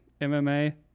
MMA